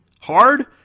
hard